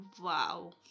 wow